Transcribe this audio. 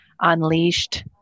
Unleashed